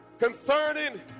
Concerning